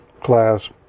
class